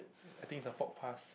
I think it's a faux pas